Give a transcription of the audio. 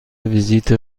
ویزیت